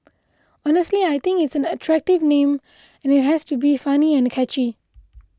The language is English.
honestly I think it's an attractive name and it has to be funny and catchy